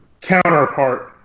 Counterpart